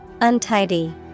untidy